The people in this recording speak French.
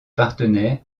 partenaires